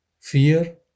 fear